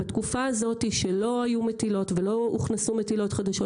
בתקופה הזאת שלא היו מטילות ולא הוכנסו מטילות חדשות,